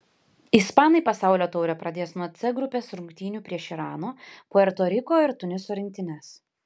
ispanai pasaulio taurę pradės nuo c grupės rungtynių prieš irano puerto riko ir tuniso rinktines